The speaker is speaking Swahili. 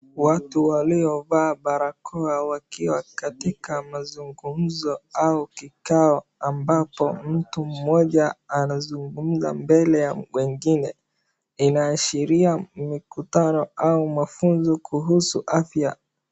Watu waliovaa barakoa wakiwa kwa mazungumzo au kikao ambapo mtu mmoja anazungumza mbele ya wengine. Inaashiria mikutano au mafunzo kuhusu afya.